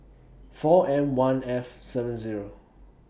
four M one F seven Zero